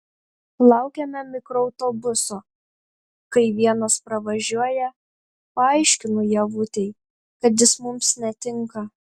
laukiame mikroautobuso kai vienas pravažiuoja paaiškinu ievutei kad jis mums netinka